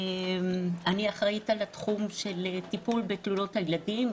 אני אחראית על התחום של טיפול בתלונות הילדים,